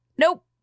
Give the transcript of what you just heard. nope